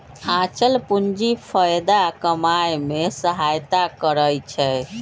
आंचल पूंजी फयदा कमाय में सहयता करइ छै